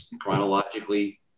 Chronologically